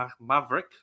Maverick